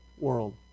world